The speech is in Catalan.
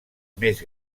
més